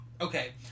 Okay